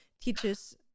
teaches